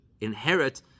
inherit